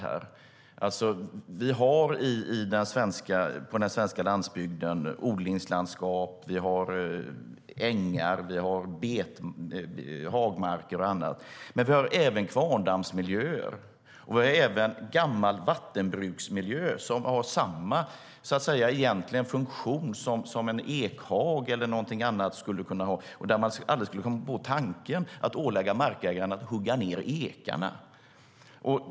På den svenska landsbygden har vi odlingslandskap, ängar, hagmarker och annat. Men vi har även kvarndammsmiljöer och gammal vattenbruksmiljö som egentligen har samma funktion som en ekhage eller något annat. Och man skulle aldrig komma på tanken att ålägga markägaren att hugga ned ekarna.